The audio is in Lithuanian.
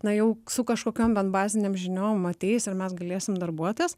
na jau su kažkokiom bent bazinėm žiniom ateis ir mes galėsim darbuotis